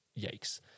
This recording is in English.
yikes